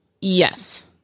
Yes